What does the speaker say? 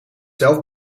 zelf